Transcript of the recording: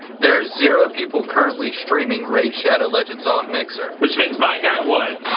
there's zero people currently streaming raid shadow legends on mixer. which means my guy won.